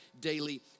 daily